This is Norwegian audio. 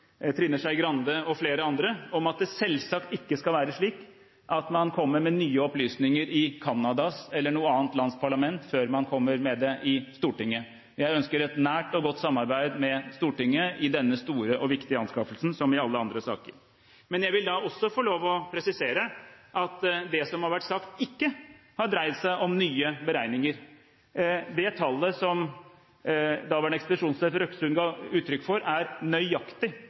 Trine Skei Grande og flere andre i at det selvsagt ikke skal være slik at man kommer med nye opplysninger i Canadas eller noe annet lands parlament før man kommer med det i Stortinget. Jeg ønsker et nært og godt samarbeid med Stortinget i denne store og viktige anskaffelsen, som i alle andre saker. Men jeg vil også få lov å presisere at det som har vært sagt, ikke har dreid seg om nye beregninger. Det tallet som tidligere ekspedisjonssjef Røksund ga uttrykk for, er ut fra nøyaktig